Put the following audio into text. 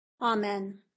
Amen